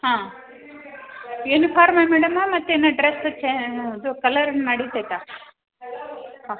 ಹಾಂ ಯುನಿಫಾರ್ಮೆ ಮೇಡಂ ಮತ್ತೆ ಏನು ಡ್ರಸ್ ಚೇ ಅದು ಕಲ್ಲರೇನು ನಡಿತೈತಾ ಹಾಂ